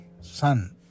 son